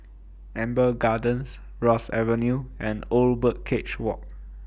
Amber Gardens Ross Avenue and Old Birdcage Walk